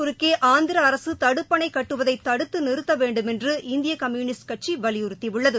குறுக்கேஆந்திரஅரசுதடுப்பணைகட்டுவதைதடுத்துநிறுத்தவேண்டுமென்று பாலாற்றின் இந்தியகம்யுனிஸ்ட் கட்சிவலியுறுத்தியுள்ளது